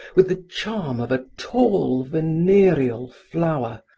with the charm of a tall venereal flower,